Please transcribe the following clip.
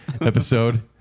episode